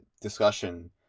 discussion